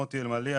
מוטי אלמליח,